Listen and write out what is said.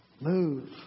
move